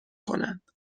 کنند